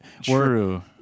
True